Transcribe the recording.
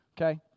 okay